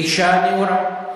אשה נאורה.